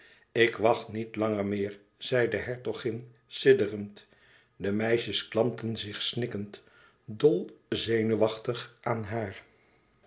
ik wacht niet langer meer zei de hertogin sidderend de meisjes klampten zich snikkend dol zenuwachtig aan haar